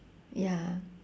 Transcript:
ya